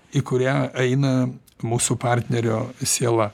į kurią eina mūsų partnerio siela